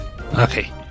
Okay